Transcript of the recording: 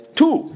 two